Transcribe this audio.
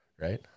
right